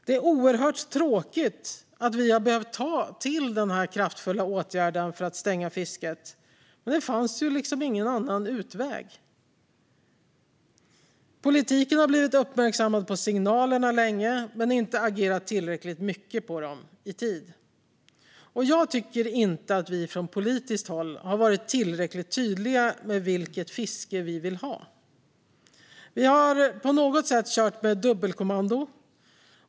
Det är oerhört tråkigt att vi har behövt ta till denna kraftfulla åtgärd, att stänga fisket, men det fanns liksom ingen annan utväg. Politiken har blivit uppmärksammad på signalerna länge men inte agerat tillräckligt mycket på dem i tid. Jag tycker inte att vi från politiskt håll har varit tillräckligt tydliga med vilket fiske vi vill ha. Vi har på något sätt kört med dubbelkommando.